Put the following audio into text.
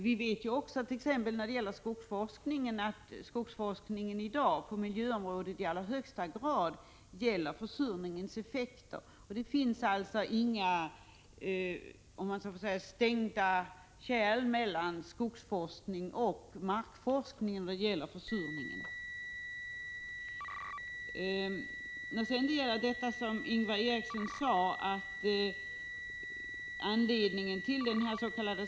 Vi vet också att skogsforskningen på miljöområdet i dag i allra högsta grad gäller försurningseffekterna. Det finns alltså inga stängda dörrar mellan skogsforskningen och markforskningen när det gäller försurningen. Till Ingvar Eriksson: Anledningen till dens.k.